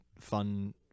fun